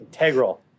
integral